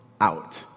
out